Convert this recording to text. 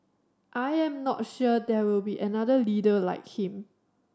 I am not sure there will be another leader like him